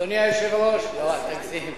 אדוני היושב-ראש, לא, אל תגזים,